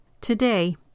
Today